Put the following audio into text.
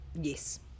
Yes